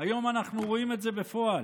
היום אנחנו רואים את זה בפועל,